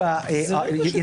זה מספרי, זה לא באחוזים.